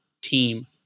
team